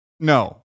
No